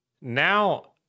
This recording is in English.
now